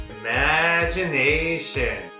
imagination